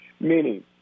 meaning